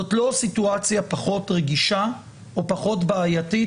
זוהי לא סיטואציה פחות רגישה או בעייתית